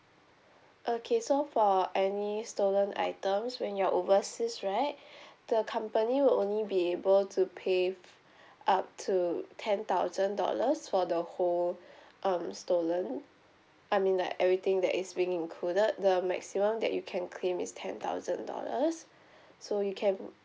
okay so for any stolen items when you're overseas right the company will only be able to pay up to ten thousand dollars for the whole um stolen I mean like everything that is being included the maximum that you can claim is ten thousand dollars so you can